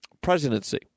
presidency